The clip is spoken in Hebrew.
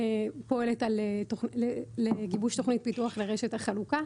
פועלת לגיבוש תכנית פיתוח לרשת החלוקה.